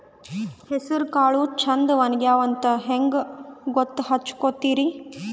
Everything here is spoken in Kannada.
ಹೆಸರಕಾಳು ಛಂದ ಒಣಗ್ಯಾವಂತ ಹಂಗ ಗೂತ್ತ ಹಚಗೊತಿರಿ?